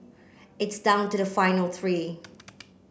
it's down to the final three